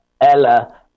Ella